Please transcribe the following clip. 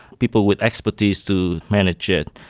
people with expertise to manage it.